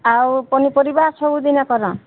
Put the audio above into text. ଆଉ ପନିପରିବା ସବୁ ଦିନେ କର